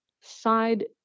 side